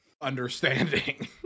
understanding